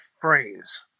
phrase